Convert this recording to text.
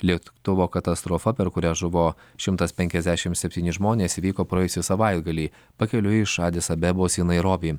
lėktuvo katastrofą per kurią žuvo šimtas penkiasdešim septyni žmonės įvyko praėjusį savaitgalį pakeliui iš adis abebos į nairobį